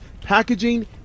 packaging